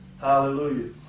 Hallelujah